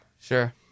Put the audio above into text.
Sure